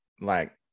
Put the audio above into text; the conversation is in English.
like-